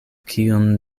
kiun